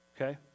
okay